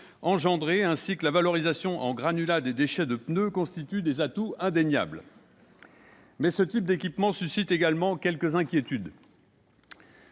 ainsi permises et la valorisation en granulats des déchets de pneus constituent des atouts indéniables. Mais ce type d'équipement suscite également quelques inquiétudes.